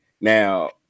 Now